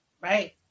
right